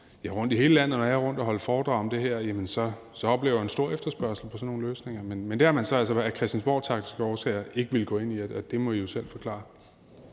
og rundt i hele landet, når jeg er rundt og holde foredrag om det her – så oplever jeg en stor efterspørgsel på sådan nogle løsninger. Men det har man så af christiansborgtaktiske årsager ikke villet gå ind i, og det må I jo selv forklare.